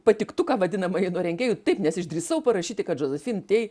patiktuką vadinamąjį rengėjų taip nes išdrįsau parašyti kad josephine tey